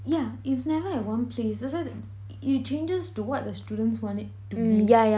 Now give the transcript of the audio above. yeah it's never at one place that's why it changes to what the students want it to be